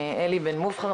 אלי בן מובחר,